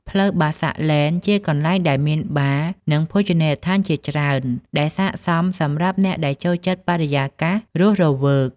ផ្លូវ Bassac Lane ជាកន្លែងដែលមានបារ និងភោជនីយដ្ឋានជាច្រើន ដែលស័ក្តិសមសម្រាប់អ្នកដែលចូលចិត្តបរិយាកាសរស់រវើក។